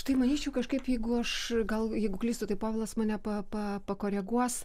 tai manyčiau kažkaip jeigu aš gal jeigu klystu tai povilas mane pa pa pakoreguos